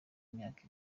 imyaka